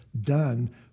done